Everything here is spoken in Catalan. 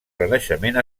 renaixement